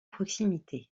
proximité